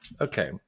Okay